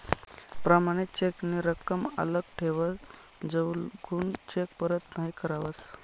प्रमाणित चेक नी रकम आल्लक ठेवावस जवलगून चेक परत नहीं करावस